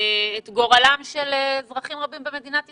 את גורלם של אזרחים רבים במדינת ישראל.